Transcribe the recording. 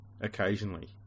occasionally